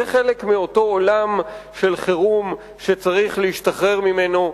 זה חלק מאותו עולם של חירום שצריך להשתחרר ממנו,